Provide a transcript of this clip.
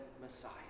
Messiah